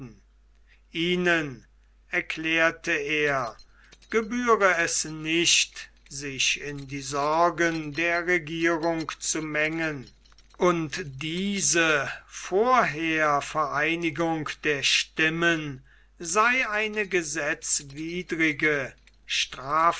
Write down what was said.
ihnen erklärte er gebühre es nicht sich in die sorgen der regierung zu mengen und diese vorhervereinigung der stimmen sei eine gesetzwidrige